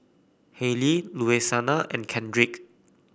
Hailey Louisiana and Kendrick